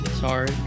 Sorry